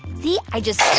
see, i just.